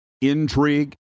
intrigue